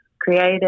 creative